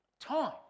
time